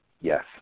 Yes